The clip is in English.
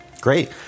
Great